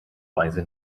weise